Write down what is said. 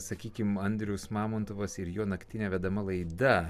sakykim andrius mamontovas ir jo naktinė vedama laida